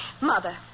Mother